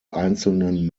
einzelnen